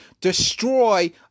destroy